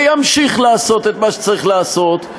וימשיך לעשות את מה שצריך לעשות.